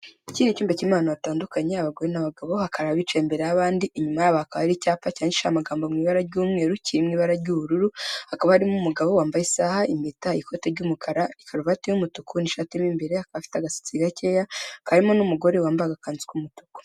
Iki ni icyumba krimo abantu batandukanye, abagore n'abagabo, hakaba hari abicaye imbere y'abandi, inyuma yaho hakaba hari icyapa cyandikishije amagambo mu ibara ry'umweru, kirimo ibara ry'ubururu, hakaba arimo umugabo wambaye isaaha, impeta, ikoti ry'umukara, ikaruvati y'umutuku n'ishati irimo imbere, akaba afite agasatsi gakeya, hakaba harimo n'umugore wambaye agakanzu k'umutuku.